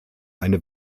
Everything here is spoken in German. eine